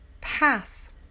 pass